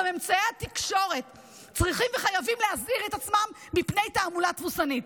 גם אמצעי התקשורת צריכים וחייבים להזהיר את עצמם מפני תעמולה תבוסתנית.